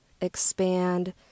expand